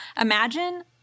Imagine